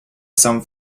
some